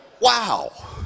wow